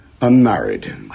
unmarried